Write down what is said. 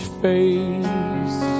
face